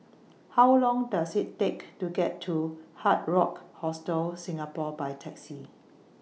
How Long Does IT Take to get to Hard Rock Hostel Singapore By Taxi